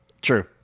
true